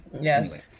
Yes